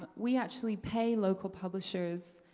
ah we actually pay local publishers,